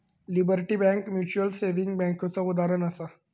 liberty Bank mutual saving बैंकेचा उदाहरणं आसा